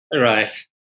Right